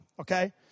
Okay